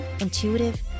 intuitive